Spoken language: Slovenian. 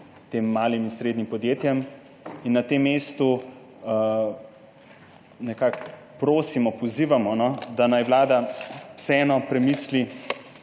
tem malim in srednjim podjetjem. Na tem mestu prosimo, pozivamo, da naj Vlada vseeno premisli,